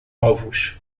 ovos